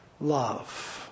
love